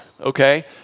Okay